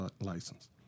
license